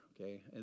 okay